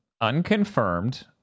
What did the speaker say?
unconfirmed